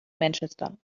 manchester